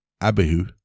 Abihu